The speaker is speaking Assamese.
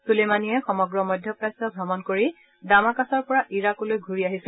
চূলেমানীয়ে সমগ্ৰ মধ্যপ্ৰাচ্য ভ্ৰমণ কৰি ডামাকাছৰ পৰা ইৰাকলৈ ঘূৰি আহিছিল